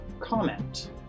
comment